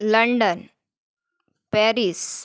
London Paris